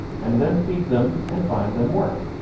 and then feed them and find them work.